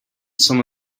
some